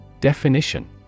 Definition